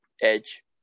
Edge